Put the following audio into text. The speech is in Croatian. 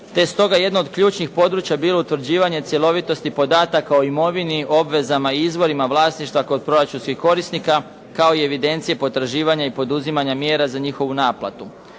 je stoga jedno od ključnih područja bilo utvrđivanje cjelovitosti podataka o imovini, obvezama i izvorima vlasništva kod proračunskih korisnika, kao i evidencije potraživanja i poduzimanja mjera za njihovu naplatu.